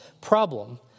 problem